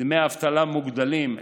דמי אבטלה מוגדלים,